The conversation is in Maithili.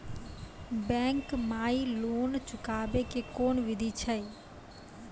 बैंक माई लोन चुकाबे के कोन बिधि छै?